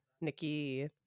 Nikki